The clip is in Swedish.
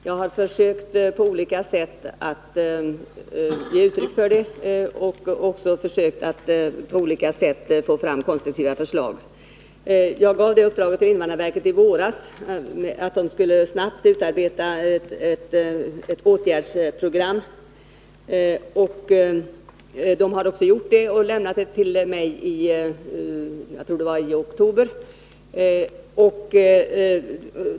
Jag har försökt att på olika sätt ge uttryck för detta och även att få fram konstruktiva förslag. 143 I våras gav jag invandrarverket i uppdrag att snabbt utarbeta förslag till åtgärdsprogram. Det har man också gjort. Man överlämnade förslaget till mig-— om jag nu minns rätt —i oktober.